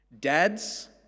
Dads